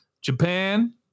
Japan